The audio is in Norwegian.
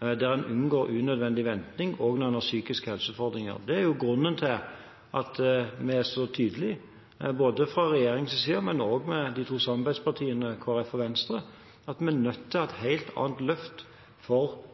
der en unngår unødvendig venting, også når en har psykiske helseutfordringer. Det er grunnen til at vi er så tydelige fra både regjeringens side og de to samarbeidspartienes, Kristelig Folkepartis og Venstres, side, på at vi er nødt til å ha et helt annet løft for